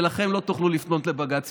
ולכן לא תוכלו לפנות יותר לבג"ץ.